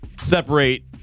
separate